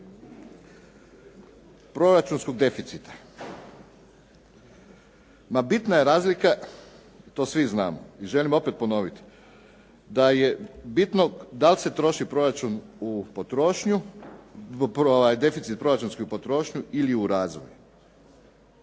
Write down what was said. proračunskog deficita, na bitna je razlika to svi znamo i želim opet ponoviti. Da je bitno dali se troši proračun u potrošnju, deficit proračunsku potrošnju ili u razvoj.